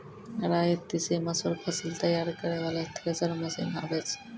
राई तीसी मसूर फसल तैयारी करै वाला थेसर मसीन आबै छै?